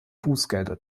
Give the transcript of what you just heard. bußgelder